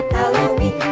Halloween